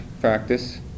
practice